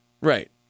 Right